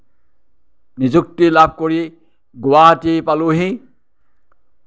নিযুক্তি লাভ কৰি গুৱাহাটী পালোহি